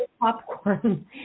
popcorn